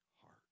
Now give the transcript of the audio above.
heart